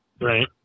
Right